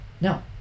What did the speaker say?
No